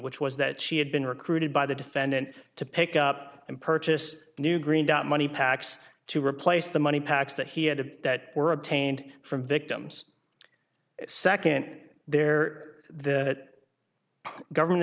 which was that she had been recruited by the defendant to pick up and purchase new green dot money packs to replace the money packs that he had that were obtained from victims second there the that government